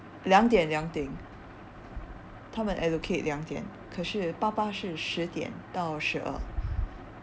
两点两点他们 allocate 两点可是爸爸是十点到十二